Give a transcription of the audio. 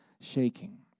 shaking